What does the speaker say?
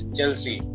Chelsea